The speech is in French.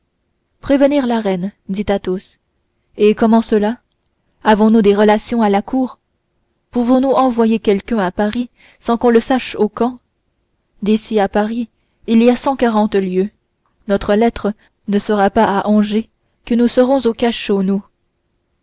prévenir la reine dit athos et comment cela avons-nous des relations à la cour pouvons-nous envoyer quelqu'un à paris sans qu'on le sache au camp d'ici à paris il y a cent quarante lieues notre lettre ne sera pas à angers que nous serons au cachot nous